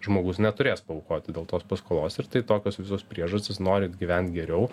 žmogus neturės paaukoti dėl tos paskolos ir tai tokios visos priežastys norin gyvent geriau